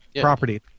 Property